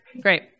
great